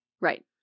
Right